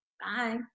Bye